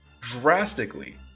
drastically